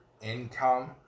income